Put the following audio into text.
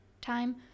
time